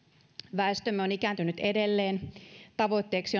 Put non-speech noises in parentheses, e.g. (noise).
väestömme on ikääntynyt edelleen tavoitteeksi (unintelligible)